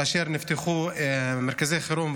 כאשר נפתחו מרכזי חירום,